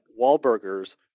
Wahlburgers